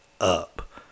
up